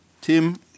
Tim